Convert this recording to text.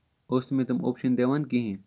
ٲسۍ نہٕ مےٚ تِم اوپشن دِوان کِہینۍ